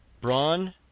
Brawn